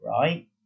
right